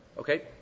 Okay